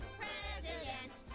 presidents